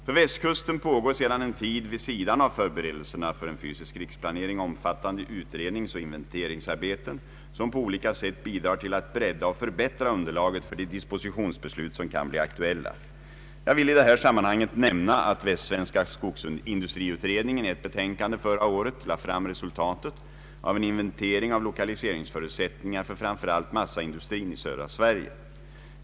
För Västkusten pågår sedan en tid, vid sidan av förberedelserna för en fysisk riksplanering, omfattande utredningsoch inventeringsarbeten som på olika sätt bidrar till att bredda och förbättra underlaget för de dispositionsbeslut som kan bli aktuella. Jag vill i detta sammanhang nämna att västsvenska skogsindustriutredningen i ett betänkande förra året lade fram resultatet av en inventering av lokaliseringsförutsättningar för framför allt massaindustrin i södra Sverige.